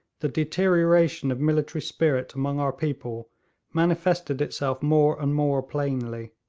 the deterioration of military spirit among our people manifested itself more and more plainly.